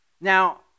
Now